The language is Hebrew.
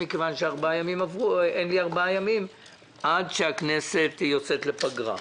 כיוון שאין לי ארבעה ימים עד שהכנסת יוצאת לפגרה.